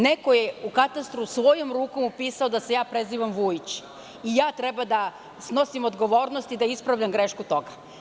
Neko je u katastru svojom rukom upisao da se ja prezivam Vujić i ja treba da snosim odgovornost, da ispravljam grešku toga.